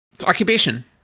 occupation